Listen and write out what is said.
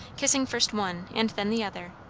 kissing first one and then the other,